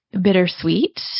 bittersweet